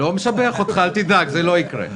לא משבח אותך, אל תדאג, זה לא יקרה.